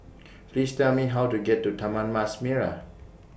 Please Tell Me How to get to Taman Mas Merah